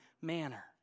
manner